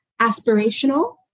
aspirational